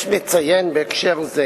יש לציין בהקשר זה